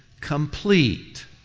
complete